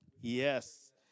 Yes